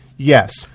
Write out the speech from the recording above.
Yes